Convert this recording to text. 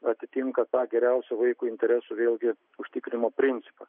atitinka tą geriausių vaiko interesų vėlgi užtikrinimo principą